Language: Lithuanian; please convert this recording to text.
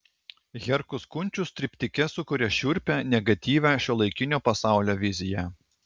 herkus kunčius triptike sukuria šiurpią negatyvią šiuolaikinio pasaulio viziją